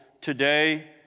today